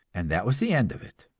and that was the end of it.